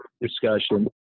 discussion